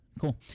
Cool